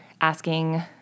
asking